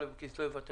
א' בכסלו תשפ"א.